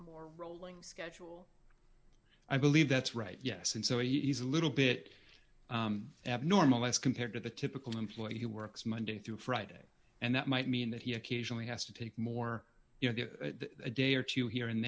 more rolling schedule i believe that's right yes and so easily little bit abnormal as compared to the typical employee who works monday through friday and that might mean that he occasionally has to take more you know a day or two here and